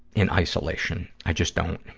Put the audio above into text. in isolation. i just don't.